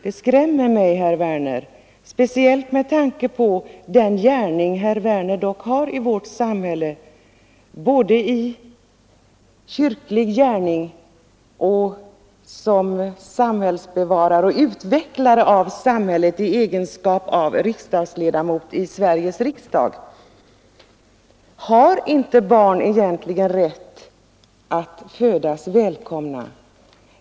Det skrämmer mig, herr Werner, speciellt med tanke på den gärning herr Werner dock har i vårt samhälle, både inom kyrkan och som samhällsbevarare och utvecklare av samhället i egenskap av ledamot i Sveriges riksdag. Har inte barn rätt att födas välkomna?